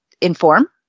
inform